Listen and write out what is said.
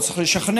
לא צריך לשכנע,